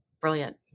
Brilliant